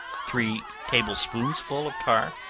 three table-spoonsful of tar,